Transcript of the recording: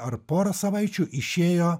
ar porą savaičių išėjo